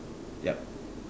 yup